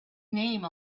name